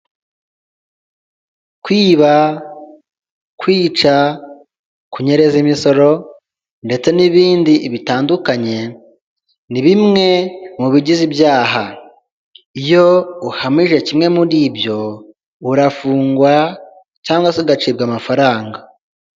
Kwiba, kwica, kunyereza imisoro ndetse n'ibindi bitandukanye, ni bimwe mu bigize ibyaha, iyo uhamije kimwe muri ibyo urafungwa cyangwa se ugacibwa amafaranga.